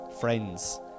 friends